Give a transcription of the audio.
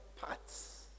parts